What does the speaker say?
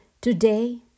Today